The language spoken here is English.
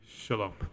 shalom